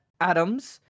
Adams